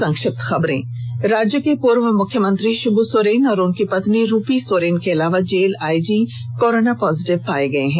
संक्षिप्त खबरें राज्य के पूर्व मुख्यमंत्री शिब्र सोरेन और उनकी पत्नी रुपी सोरेन के अलावा जेल आईजी कोरोना पॉजिटिव पाए गए हैं